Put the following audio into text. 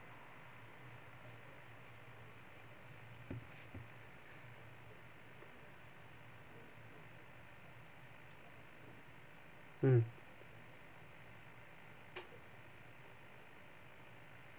mm